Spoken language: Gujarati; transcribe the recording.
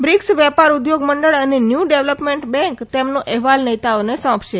બ્રિક્સ વેપાર ઉદ્યોગમંડળ અને ન્યૂ ડેવલપમેન્ટ બેન્ક તેમનો અહેવાલ નેતાઓને સોંપશે